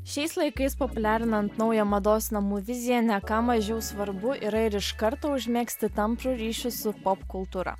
šiais laikais populiarinant naują mados namų viziją ne ką mažiau svarbu yra ir iš karto užmegzti tamprų ryšį su popkultūra